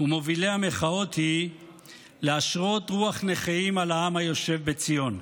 ומובילי המחאות היא להשרות רוח נכאים על העם היושב בציון.